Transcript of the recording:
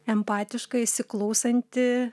empatiška įsiklausanti